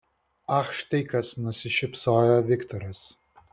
ach štai kas nusišypsojo viktoras